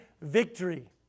victory